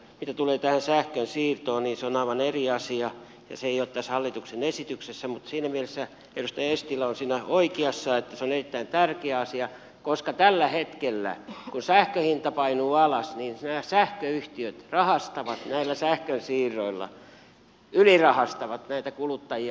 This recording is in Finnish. mitä tulee sähkönsiirtoon niin se on aivan eri asia ja se ei ole tässä hallituksen esityksessä mutta siinä mielessä edustaja eestilä on siinä oikeassa että se on erittäin tärkeä asia koska tällä hetkellä kun sähkön hinta painuu alas niin sähköyhtiöt rahastavat näillä sähkönsiirroilla ylirahastavat kuluttajia